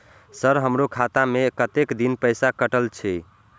Sir हमारो खाता में कतेक दिन पैसा कटल छे?